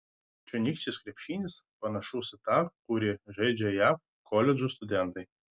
čionykštis krepšinis panašus į tą kurį žaidžia jav koledžų studentai